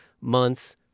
months